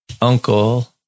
uncle